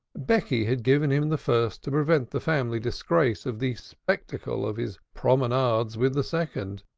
becky had given him the first to prevent the family disgrace of the spectacle of his promenades with the second.